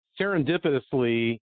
serendipitously